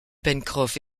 pencroff